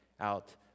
out